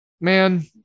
Man